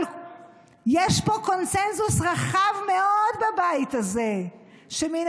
אבל יש פה קונסנזוס רחב מאוד בבית הזה שמן